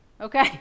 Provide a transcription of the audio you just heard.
okay